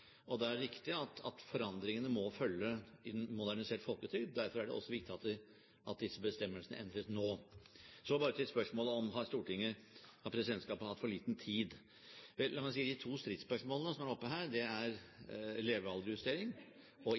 dette. Det er riktig at forandringene må følge en modernisert folketrygd, og derfor er det også viktig at disse bestemmelsene endres nå. Så til spørsmålet om presidentskapet har hatt for liten tid. Vel, de to stridsspørsmålene som har vært opp her, er levealdersjustering og indeksering, altså lønnsutvikling minus 0,75 pst. Dette er